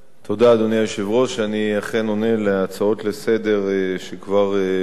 אני אכן עונה על הצעות לסדר-היום שכבר הוצגו בנושא: הידרדרות